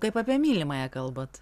kaip apie mylimąją kalbat